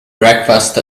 breakfast